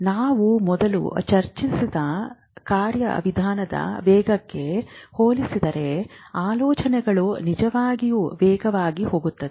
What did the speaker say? ನಾವು ಮೊದಲು ಚರ್ಚಿಸಿದ ಕಾರ್ಯವಿಧಾನದ ವೇಗಕ್ಕೆ ಹೋಲಿಸಿದರೆ ಆಲೋಚನೆಗಳು ನಿಜವಾಗಿಯೂ ವೇಗವಾಗಿ ಹೋಗುತ್ತವೆ